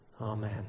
Amen